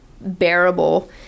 bearable